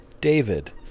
David